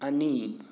ꯑꯅꯤ